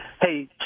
hey